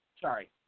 Sorry